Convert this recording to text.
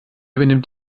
übernimmt